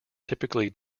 typically